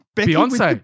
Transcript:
Beyonce